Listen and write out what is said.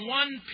one